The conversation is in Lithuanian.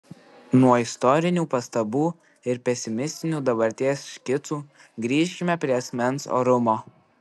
nuo istorinių pastabų ir pesimistinių dabarties škicų grįžkime prie asmens orumo